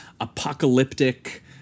apocalyptic